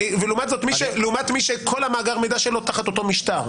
ולעומת זאת לעומת מי שכל מאגר המידע שלו תחת אותו משטר.